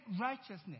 righteousness